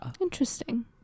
Interesting